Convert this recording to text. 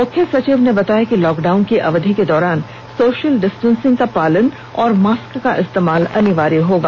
मुख्य सचिव ने बताया कि लॉकडाउन की अवधि के दौरान सोशल डिस्टेंसिंग का पालन और मास्क का इस्तेमाल अनिवार्य होगा